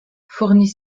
fournit